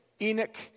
Enoch